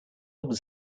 was